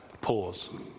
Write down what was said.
pause